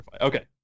okay